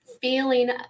feeling